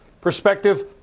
perspective